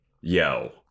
yo